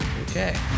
okay